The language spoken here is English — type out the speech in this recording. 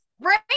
Right